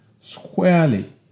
squarely